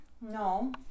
No